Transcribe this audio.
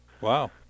Wow